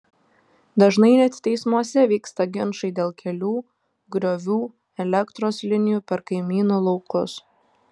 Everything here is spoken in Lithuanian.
dažnai net teismuose vyksta ginčai dėl kelių griovių elektros linijų per kaimynų laukus